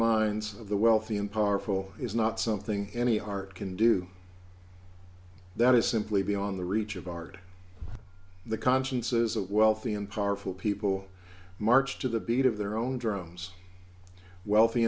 minds of the wealthy and powerful is not something any art can do that is simply beyond the reach of art the consciences of wealthy and powerful people march to the beat of their own drums wealthy